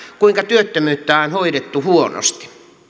kuinka työttömyyttä on hoidettu huonosti